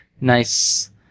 Nice